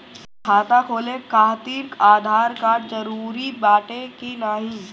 खाता खोले काहतिर आधार कार्ड जरूरी बाटे कि नाहीं?